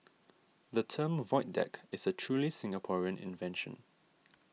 the term void deck is a truly Singaporean invention